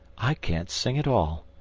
i can't sing at all,